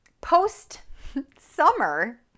post-summer